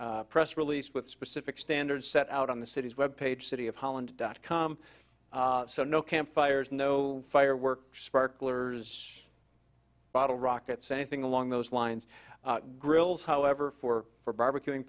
press release with specific standards set out on the city's web page city of holland dot com so no campfires no fireworks sparklers bottle rockets anything along those lines grills however for for barbecuing